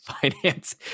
finance